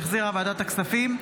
שהחזירה ועדת הכספים,